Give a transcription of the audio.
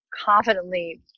confidently